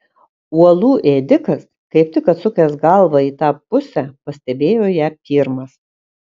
uolų ėdikas kaip tik atsukęs galvą į tą pusę pastebėjo ją pirmas